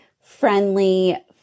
friendly